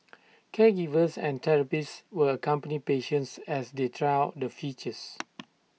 caregivers and therapists will accompany patients as they try out the features